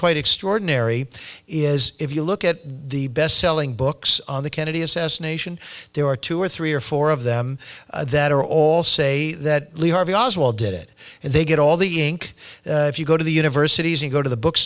quite extraordinary is if you look at the bestselling books on the kennedy assassination there are two or three or four of them that are all say that lee harvey oswald did it and they get all the ink if you go to the universities and go to the